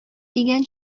дигән